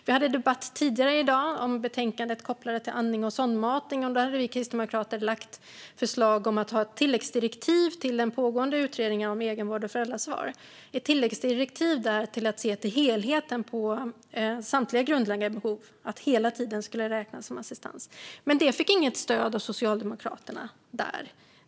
Vi hade en debatt tidigare i dag om betänkandet om andning och sondmatning, och då hade vi kristdemokrater lagt fram ett förslag om att ha ett tilläggsdirektiv till den pågående utredningen om egenvård och föräldraansvar - ett tilläggsdirektiv för att se till helheten när det gäller samtliga grundläggande behov så att hela den tiden skulle räknas som assistans. Men det fick inget stöd av Socialdemokraterna där.